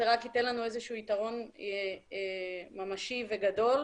זה רק ייתן לנו איזשהו יתרון ממשי וגדול.